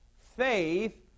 faith